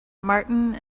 martin